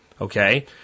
Okay